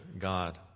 God